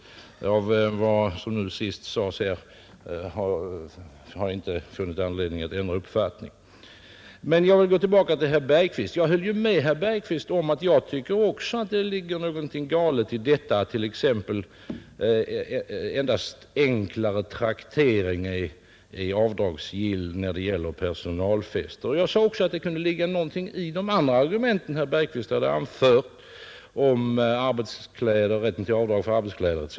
Vad som senast sades här har inte givit mig anledning att ändra uppfattning. Men jag vill gå tillbaka till vad herr Bergqvist sade. Jag höll ju med herr Bergqvist om att det ligger någonting galet i att t.ex. endast enklare traktering är avdragsgill när det gäller personalfester. Jag sade också att det kunde ligga något i de andra argument som herr Bergqvist anfört om rätten till avdrag för arbetskläder etc.